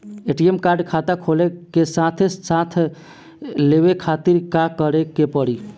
ATM card खाता खुले के साथे साथ लेवे खातिर का करे के पड़ी?